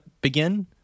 begin